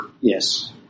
Yes